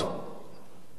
אני לא מדבר על בשר,